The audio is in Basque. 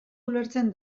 ulertzen